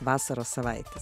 vasaros savaitės